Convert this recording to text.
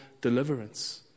deliverance